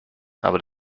aber